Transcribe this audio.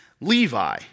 Levi